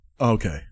Okay